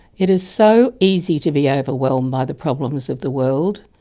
it is so easy to be ah overwhelmed by the problems of the world,